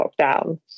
lockdown